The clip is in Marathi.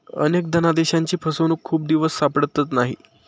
अनेक धनादेशांची फसवणूक खूप दिवस सापडत नाहीत